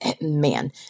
man